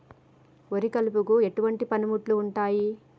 వరి కలుపుకు ఎటువంటి పనిముట్లు ఉంటాయి?